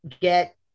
get